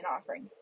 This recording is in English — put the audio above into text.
offering